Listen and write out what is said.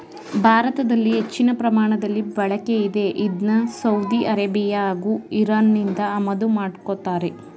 ಭಾರತದಲ್ಲಿ ಹೆಚ್ಚಿನ ಪ್ರಮಾಣದಲ್ಲಿ ಬಳಕೆಯಿದೆ ಇದ್ನ ಸೌದಿ ಅರೇಬಿಯಾ ಹಾಗೂ ಇರಾನ್ನಿಂದ ಆಮದು ಮಾಡ್ಕೋತಾರೆ